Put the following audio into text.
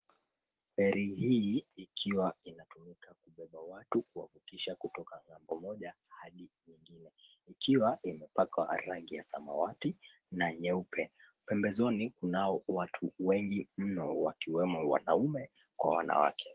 Feri hii ikiwa inatumika kubeba watu kuwavukisha kutoka ng'ambo moja hadi nyingine. Ikiwa imepakwa rangi ya samawati na nyeupe. Pembezoni kunao watu wengi mno wakiwemo, wanaume kwa wanawake.